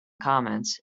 comments